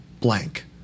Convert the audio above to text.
blank